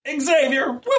Xavier